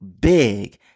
big